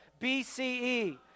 BCE